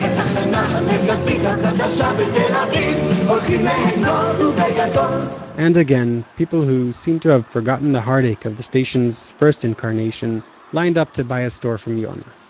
um and again, people who seem to have forgotten the heartache of the station's first incarnation lined up to buy a store from yona.